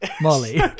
Molly